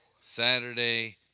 Saturday